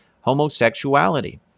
homosexuality